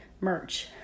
merch